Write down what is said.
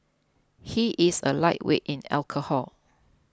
he is a lightweight in alcohol